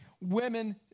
women